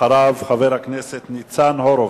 אחריו, חבר הכנסת ניצן הורוביץ.